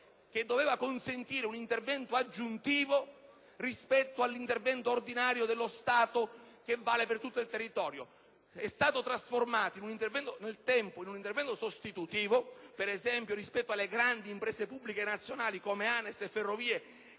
che doveva consentire un intervento aggiuntivo rispetto all'intervento ordinario dello Stato che vale per tutto il territorio. Esso è però stato trasformato nel tempo in un intervento sostitutivo, per esempio rispetto alle grandi imprese pubbliche nazionali, come ANAS e Ferrovie,